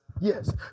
Yes